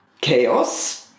chaos